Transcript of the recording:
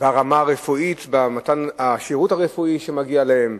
ברמה הרפואית, במתן השירות הרפואי שמגיע להם.